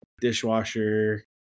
dishwasher